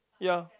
ya